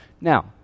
Now